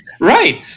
Right